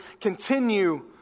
continue